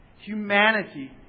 Humanity